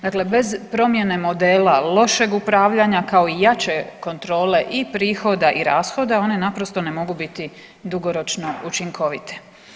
Dakle, bez promjene modela lošeg upravljanja kao i jače kontrole i prihoda i rashoda one naprosto ne mogu biti dugoročno učinkovite.